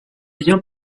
bien